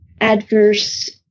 adverse